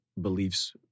beliefs